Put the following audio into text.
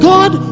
God